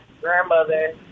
grandmother